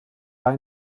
war